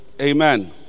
amen